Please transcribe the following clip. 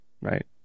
right